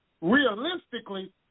realistically